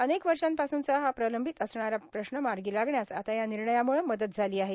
अनेक वर्षापासूनचा हा प्रलंबित असणारा प्रश्न मार्गी लागण्यास आता या निर्णयामुळं मदत झाली आहे